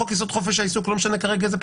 חוק יסוד: חופש העיסוק לא משנה איזו